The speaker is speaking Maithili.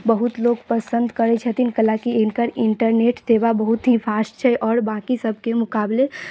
बहुत लोग पसन्द करै छथिन कयलाकि हिनकर इंटरनेट सेवा बहुत ही फास्ट छै आओर बाँकी सभके मुकाबले